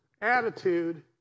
attitude